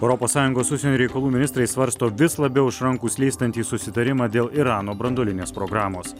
europos sąjungos užsienio reikalų ministrai svarsto vis labiau iš rankų slystantį susitarimą dėl irano branduolinės programos